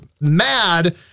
mad